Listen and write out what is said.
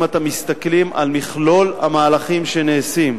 אם אתם מסתכלים על מכלול המהלכים שנעשים,